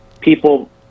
people